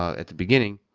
at the beginning,